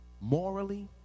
morally